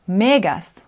megas